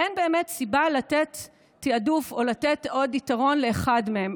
אין באמת סיבה לתת תיעדוף או לתת עוד יתרון לאחד מהם.